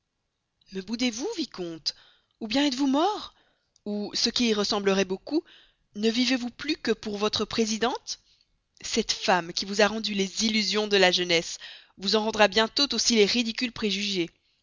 boudez vous vicomte ou bien êtes-vous mort ou ce qui y ressemblerait beaucoup ne vivez-vous plus que pour votre présidente cette femme qui vous a rendu les illusions de la jeunesse vous en rendra bientôt aussi les ridicules préjugés